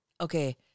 okay